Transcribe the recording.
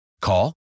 Call